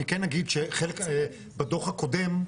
אני כן אגיד שבדו"ח הקודם,